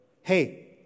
Hey